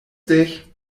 dich